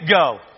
go